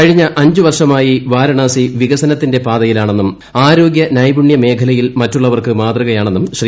കഴിഞ്ഞ അഞ്ചു വർഷമായി വാരണസി വികസനത്തിന്റെ പാതയിലാണെന്നും ആരോഗ്യ നൈപുണ്യമേഖലയിൽ മറ്റുള്ളവർക്ക് മാതൃകയാണെന്നും ശ്രീ